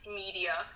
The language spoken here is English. media